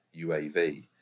uav